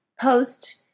post